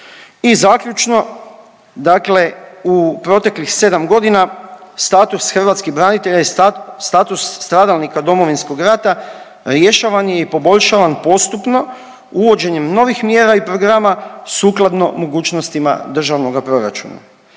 I zaključno, dakle u proteklih 7 godina, status hrvatskih branitelja i status stradalnika Domovinskog rata rješavan je poboljšavan postupno uvođenjem novih mjera i programa sukladno mogućnostima državnoga proračuna.